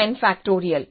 m